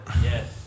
Yes